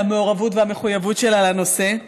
על המעורבות ועל המחויבות שלה לנושא.